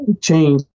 change